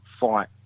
fight